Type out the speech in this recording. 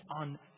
on